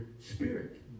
spirit